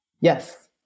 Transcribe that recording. Yes